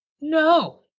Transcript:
No